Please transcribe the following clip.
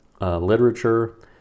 literature